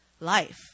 life